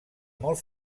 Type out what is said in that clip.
molt